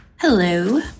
Hello